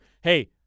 Hey